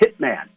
hitman